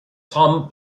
tom